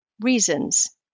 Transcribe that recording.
reasons